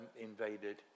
invaded